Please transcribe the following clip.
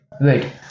Wait